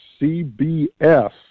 CBS